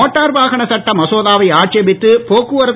motor வாகன சட்ட மசோதாவை ஆட்சேபித்து போக்குவரத்து